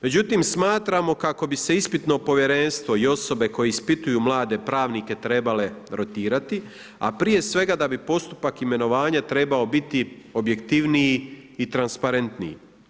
Međutim smatramo kako bi se ispitno povjerenstvo i osobe koje ispituju mlade pravnike trebale rotirati, a prije svega da bi postupak imenovanja trebao biti objektivniji i transparentniji.